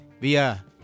via